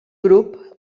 grup